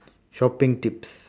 shopping tips